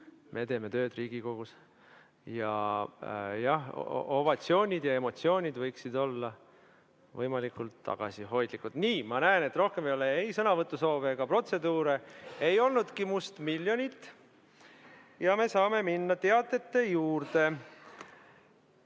Me teeme tööd Riigikogus. Jah, ovatsioonid ja emotsioonid võiksid olla võimalikult tagasihoidlikud. Nii, ma näen, et rohkem ei ole ei sõnavõtusoove ega protseduure – ei olnudki mustmiljonit – ja me saame minna teadete juurde. Täna